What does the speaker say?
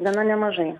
gana nemažai